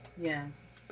Yes